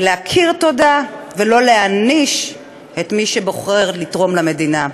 ולהכיר תודה ולא להעניש את מי שבוחר לתרום למדינה.